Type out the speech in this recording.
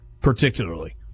particularly